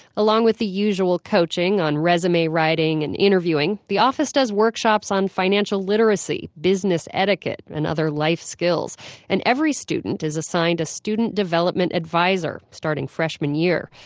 along with the usual coaching on resume writing and interviewing, the office does workshops on financial literacy, business etiquette, and other life skills and every student is assigned a student development advisor, starting freshman year.